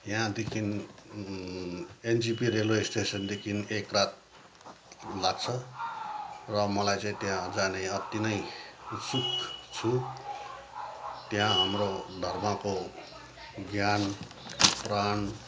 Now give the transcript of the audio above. यहाँदेखि NJP railway स्टेसनदेखि एक रात लाग्छ र मलाई चाहिँ त्यहाँ जाने अति नै उत्सुक छु त्यहाँ हाम्रो धर्मको ज्ञान प्राण